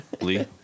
Lee